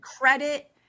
credit